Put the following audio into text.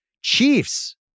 Chiefs